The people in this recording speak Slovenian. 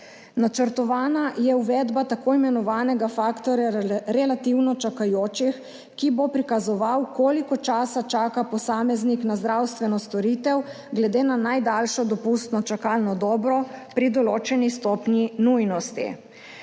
Načrtovana je uvedba tako imenovanega faktorja relativno čakajočih, ki bo prikazoval, koliko časa čaka posameznik na zdravstveno storitev glede na najdaljšo dopustno čakalno dobo pri določeni stopnji nujnosti.